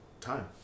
Time